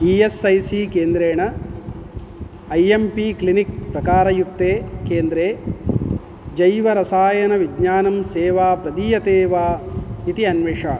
E S I C केन्द्रेण A M P clinic प्रकारयुक्ते केन्द्रे जैवरसायनविज्ञानसेवा प्रदीयते वा इति अन्विष